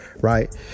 right